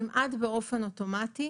כמעט באופן אוטומטי,